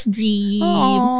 Dream